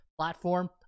platform